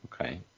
okay